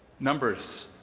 numbers,